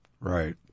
Right